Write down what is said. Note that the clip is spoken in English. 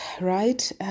right